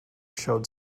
showed